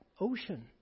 ocean